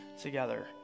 together